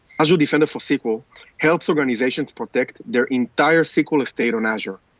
azure defender for sql helps organizations protect their entire sql estate on azure.